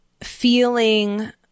feeling